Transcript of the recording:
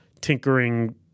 tinkering